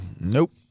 nope